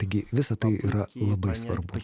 taigi visa tai yra labai svarbu